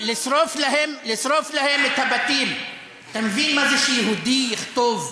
לשרוף להם את הבתים, אתה מסית נגד,